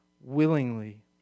willingly